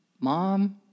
Mom